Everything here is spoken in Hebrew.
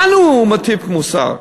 לנו הוא מטיף מוסר.